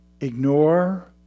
ignore